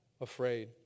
afraid